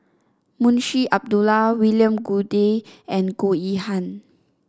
Munshi Abdullah William Goode and Goh Yihan